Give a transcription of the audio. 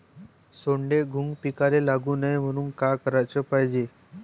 सोंडे, घुंग पिकाले लागू नये म्हनून का कराच पायजे?